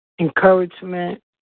encouragement